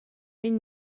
این